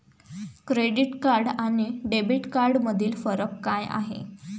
Credit card आणि debit कार्डमधील फरक काय आहे?